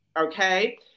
Okay